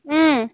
अँ